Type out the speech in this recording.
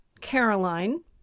Caroline